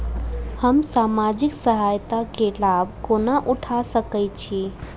हम सामाजिक सहायता केँ लाभ कोना उठा सकै छी?